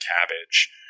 cabbage